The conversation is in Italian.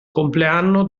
compleanno